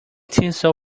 tinsel